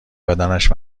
بدنش